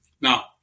Now